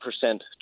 percent